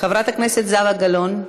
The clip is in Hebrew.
חברת הכנסת זהבה גלאון,